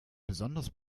besonders